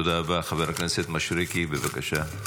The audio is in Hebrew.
חבר הכנסת מישרקי, בבקשה.